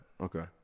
Okay